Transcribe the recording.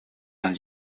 vingt